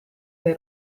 dei